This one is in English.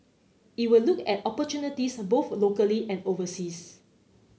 it will look at opportunities both locally and overseas